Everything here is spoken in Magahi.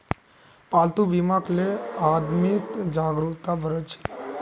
पालतू बीमाक ले आदमीत जागरूकता बढ़ील छ